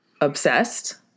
obsessed